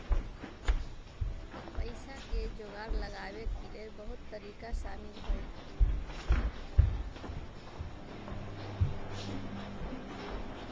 पइसा के जोगार लगाबे के लेल बहुते तरिका शामिल हइ